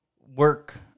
work